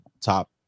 top